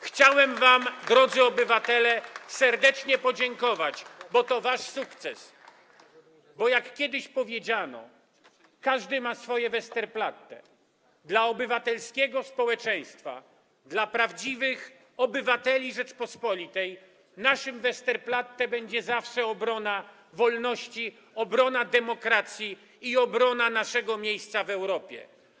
Chciałem wam, drodzy obywatele, serdecznie podziękować, ponieważ to wasz sukces, bo jak kiedyś powiedziano: każdy ma swoje Westerplatte, a dla obywatelskiego społeczeństwa, dla prawdziwych obywateli Rzeczypospolitej, dla nas naszym Westerplatte będzie zawsze obrona wolności, obrona demokracji i obrona naszego miejsca w Europie.